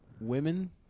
women